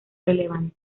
relevante